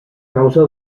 causa